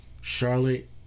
Charlotte